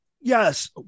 Yes